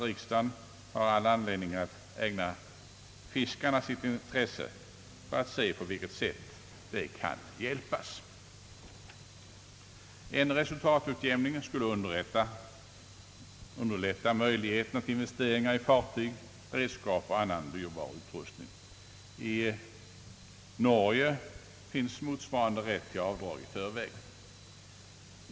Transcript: Riksdagen har all anledning att ägna fiskarna sitt intresse för att undersöka på vilket sätt de kan hjälpas. lätta möjligheterna till investeringar i fartyg, redskap och annan dyrbar utrustning. I Norge finns motsvarande rätt till avdrag i förväg.